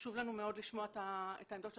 חשוב לנו מאוד לשמוע את העמדות של